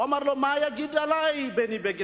הוא אמר לו: מה יגיד עלי בני בגין?